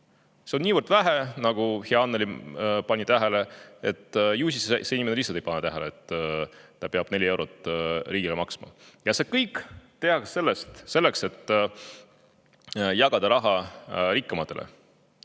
See on nii vähe, nagu hea Annely [märkis], et ju siis inimene lihtsalt ei pane tähele, et ta peab 4 eurot riigile maksma. Ja seda kõike tehakse selleks, et jagada raha rikkamatele.